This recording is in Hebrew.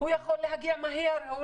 הוא יכול להגיע מהר.